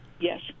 Yes